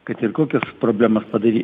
kad ir kokios problemos padaryt